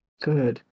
Good